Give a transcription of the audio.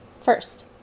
first